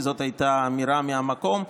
כי זאת הייתה אמירה מהמקום,